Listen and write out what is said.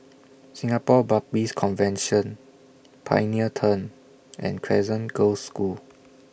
Singapore Baptist Convention Pioneer Turn and Crescent Girls' School